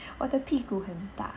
我的屁股很大